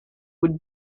would